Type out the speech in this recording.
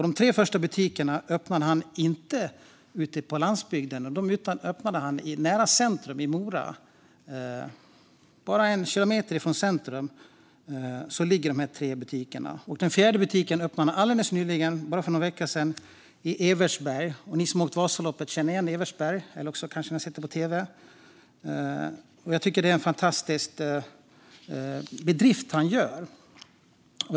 De tre första butikerna öppnade han inte ute på landsbygden utan nära Mora, bara en kilometer från centrum. Den fjärde butiken öppnades alldeles nyligen, för bara någon vecka sedan, i Evertsberg, som de som har åkt Vasaloppet eller sett det på tv känner igen. Jag tycker att det är en fantastisk bedrift av honom.